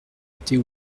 était